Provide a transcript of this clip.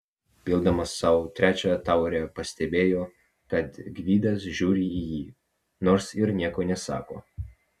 pildamas sau trečią taurę pastebėjo kad gvidas žiūri į jį nors ir nieko nesako